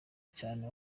cyane